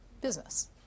business